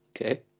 Okay